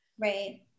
Right